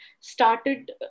started